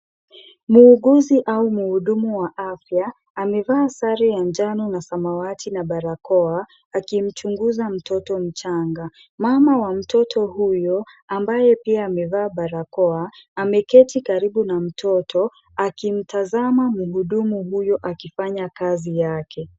Muuguzi au mhudumu wa afya, amevaa sare ya njano na samawati na barakoa, akimchunguza mtoto mchanga, mama wa mtoto huyo, ambaye pia amevaa barakoa, ameketi karibu na mtoto, akimtazama mhudumu huyo akifanya kazi yake.